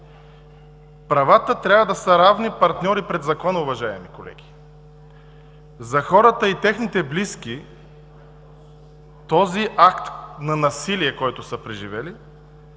Правата трябва да са равни партньори пред закона, уважаеми колеги! За хората и техните близки този акт на насилие, който са преживяли,